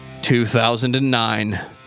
2009